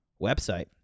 website